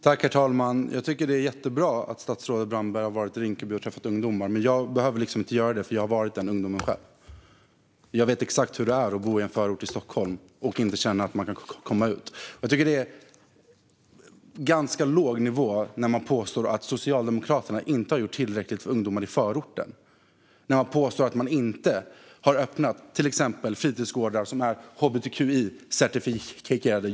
Herr talman! Jag tycker att det är jättebra att statsrådet Brandberg har varit i Rinkeby och träffat ungdomar, men jag behöver liksom inte göra det, för jag har själv varit den ungdomen. Jag vet exakt hur det är att bo i en förort till Stockholm och känna att man inte kan komma ut. Jag tycker att det är ganska låg nivå att påstå att Socialdemokraterna inte har gjort tillräckligt för ungdomar i förorten. Man påstår att vi inte har öppnat till exempel fritidsgårdar som är hbtqi-certifierade.